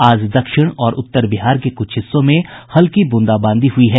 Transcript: आज दक्षिण और उत्तर बिहार के कुछ हिस्सों में हल्की ब्रंदाबांदी हुई है